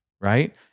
right